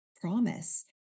promise